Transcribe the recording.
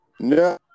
no